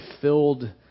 filled